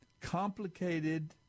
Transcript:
complicated